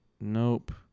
nope